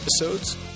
episodes